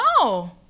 no